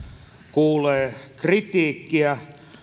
kuulee kritiikkiä